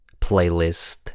playlist